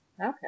okay